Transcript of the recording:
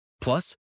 Plus